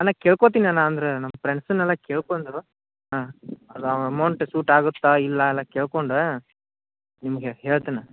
ಅಣ್ಣ ಕೇಳ್ಕೋತೀನಿ ಅಣ್ಣ ಅಂದ್ರೆ ನಮ್ಮ ಫ್ರೆಂಡ್ಸುನ್ನೆಲ್ಲ ಕೇಳ್ಕೊಂಡು ಹಾಂ ಅದು ಅಮೌಂಟ್ ಸೂಟ್ ಆಗುತ್ತಾ ಇಲ್ವಾ ಎಲ್ಲ ಕೇಳ್ಕೊಂಡು ನಿಮಗೆ ಹೇಳ್ತೇನೆ